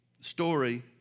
story